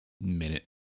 minute